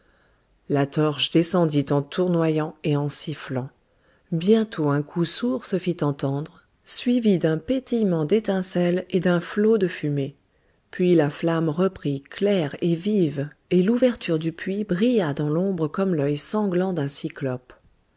la torche descendit en tournoyant et en sifflant bientôt un coup sourd se fit entendre suivi d'un pétillement d'étincelles et d'un flot de fumée puis la flamme reprit claire et vive et l'ouverture du puits brilla dans l'ombre comme l'œil sanglant d'un cyclope